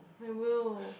I will